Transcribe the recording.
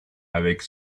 avec